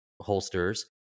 holsters